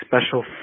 special